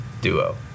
duo